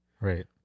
right